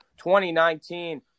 2019